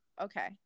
okay